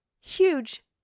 Huge